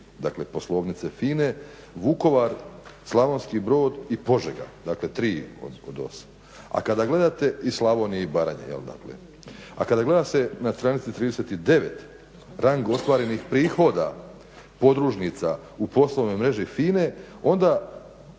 od 22 poslovnice FINA-e Vukovar, Slavonski Brod i Požega, dakle tri od osam. A kada gledate i Slavonije i Baranje, jel dakle, a kada gleda se na stranici 39. rang ostvarenih prihoda podružnica u poslovnoj mreži FINA-e onda